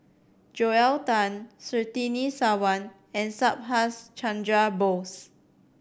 Joel Tan Surtini Sarwan and Subhas Chandra Bose